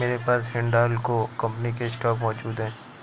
मेरे पास हिंडालको कंपनी के स्टॉक मौजूद है